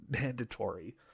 mandatory